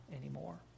anymore